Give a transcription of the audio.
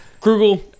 Krugel